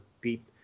beat